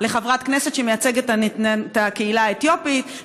לחברת כנסת שמייצגת את הקהילה האתיופית,